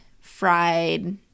fried